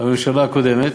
בממשלה הקודמת.